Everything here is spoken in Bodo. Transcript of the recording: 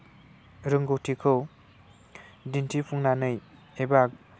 रोंगौथिखौ दिन्थिफुंनानै एबा